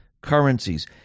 currencies